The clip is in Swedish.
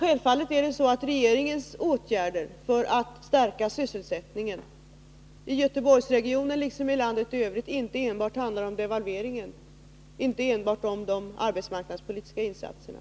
Självfallet är det så att regeringens åtgärder för att stärka sysselsättningen, i Göteborgsregionen liksom i landet i övrigt, inte enbart handlar om devalveringen och de arbetsmarknadspolitiska insatserna.